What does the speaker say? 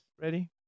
Ready